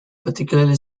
particularly